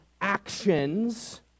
actions